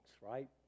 right